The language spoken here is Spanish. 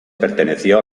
perteneció